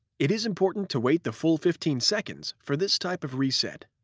it is important to wait the full fifteen seconds for this type of reset.